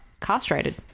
castrated